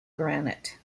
granite